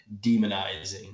demonizing